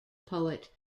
poet